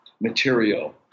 material